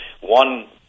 one